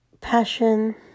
Passion